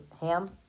Ham